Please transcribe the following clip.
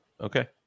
Okay